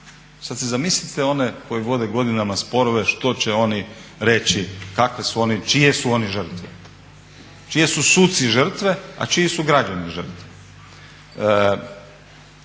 Sad si zamislite one koji vode godinama sporove što će oni reći kakve su oni, čije su oni žrtve, čije su suci žrtve, a čije su građani žrtve.